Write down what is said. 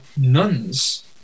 nuns